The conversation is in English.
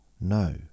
No